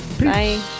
Bye